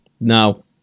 No